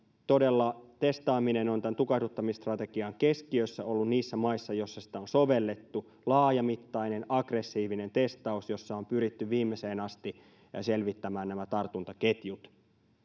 todella testaaminen on ollut tämän tukahduttamisstrategian keskiössä niissä maissa joissa sitä on sovellettu laajamittainen aggressiivinen testaus jolla on pyritty viimeiseen asti selvittämään nämä tartuntaketjut